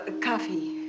coffee